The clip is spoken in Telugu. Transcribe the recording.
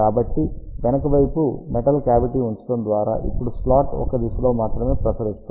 కాబట్టి వెనుక వైపు మెటల్ కావిటీ ఉంచడం ద్వారా ఇప్పుడు స్లాట్ ఒక దిశలో మాత్రమే ప్రసరిస్తుంది